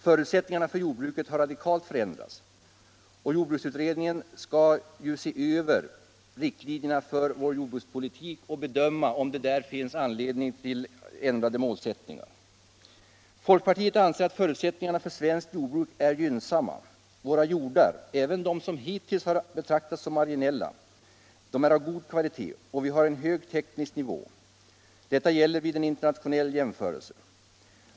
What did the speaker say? Förutsättningarna för jordbruket har radikalt förändrats. Jordbruksutredningen skall se över riktlinjerna för vår jordbrukspolitik och bedöma om det finns anledning till ändrade målsättningar. Folkpartiet anser att förutsättningarna för svenskt jordbruk är gynnsamma. Våra jordar — även de som hittills betraktats som marginella — är av god kvalitet. Vi har en hög teknisk nivå. Detta gäller vid en internationell jämförelse.